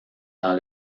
dans